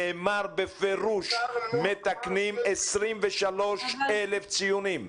נאמר בפירוש: מתקנים 23,000 ציונים.